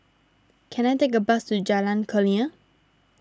can I take a bus to Jalan Kurnia